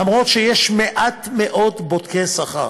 למרות שיש מעט בודקי שכר,